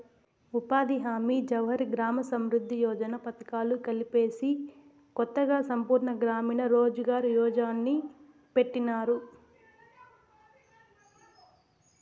ఉపాధి హామీ జవహర్ గ్రామ సమృద్ది యోజన పథకాలు కలిపేసి కొత్తగా సంపూర్ణ గ్రామీణ రోజ్ ఘార్ యోజన్ని పెట్టినారు